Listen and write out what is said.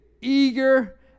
eager